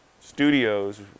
Studios